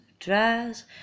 Dress